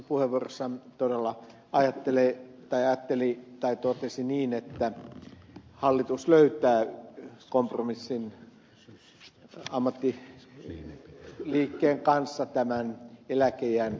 zyskowicz täällä aikaisemmassa puheenvuorossaan todella totesi niin että hallitus löytää kompromissin ammattiliikkeen kanssa tämän eläkeiän nostamisen suhteen